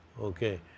Okay